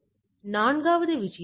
இது நான்காவது விஷயம்